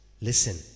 Listen